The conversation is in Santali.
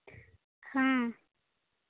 ᱦᱮᱸ